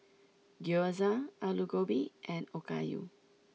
Gyoza Alu Gobi and Okayu